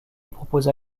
proposa